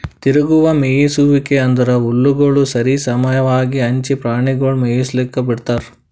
ತಿರುಗುವ ಮೇಯಿಸುವಿಕೆ ಅಂದುರ್ ಹುಲ್ಲುಗೊಳ್ ಸರಿ ಸಮವಾಗಿ ಹಂಚಿ ಪ್ರಾಣಿಗೊಳಿಗ್ ಮೇಯಿಸ್ಲುಕ್ ಬಿಡ್ತಾರ್